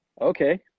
Okay